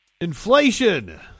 Inflation